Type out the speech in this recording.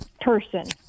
person